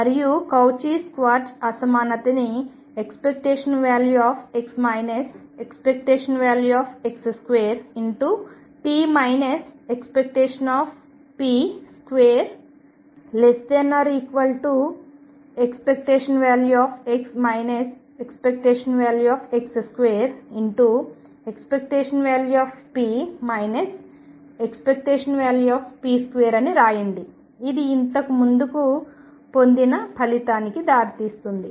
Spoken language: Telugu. మరియు కౌచీ స్క్వార్ట్జ్ అసమానతని ⟨x ⟨x⟩2p ⟨p⟩2⟩ ⟨x ⟨x⟩2⟩⟨p ⟨p⟩2⟩ అని వ్రాయండి ఇది ఇంతకు ముందు పొందిన ఫలితానికి దారి తీస్తుంది